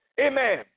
Amen